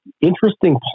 interesting